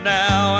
now